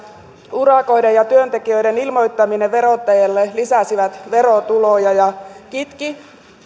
urakoiden ja työntekijöiden ilmoittaminen verottajalle lisäsivät verotuloja ja kitkivät